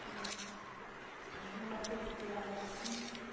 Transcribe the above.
اسی لیے گھر میں رہتے تو پھر آ جاتے نا